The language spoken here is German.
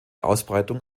ausbreitung